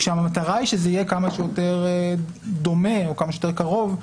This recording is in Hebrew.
כשהמטרה היא שזה יהיה כמה שיותר דומה או כמה שיותר קרוב,